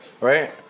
right